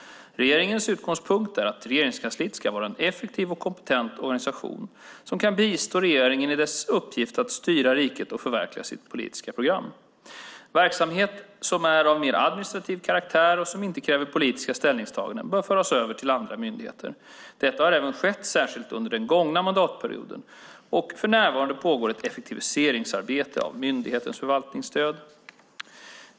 Regeringens utgångspunkt är att Regeringskansliet ska vara en effektiv och kompetent organisation som kan bistå regeringen i dess uppgift att styra riket och förverkliga sitt politiska program. Verksamhet som är av mer administrativ karaktär och som inte kräver politiska ställningstaganden bör föras över till andra myndigheter. Detta har även skett, särskilt under den gångna mandatperioden, och för närvarande pågår ett effektiviseringsarbete av myndighetens förvaltningsstöd.